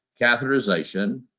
catheterization